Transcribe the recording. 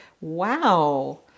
Wow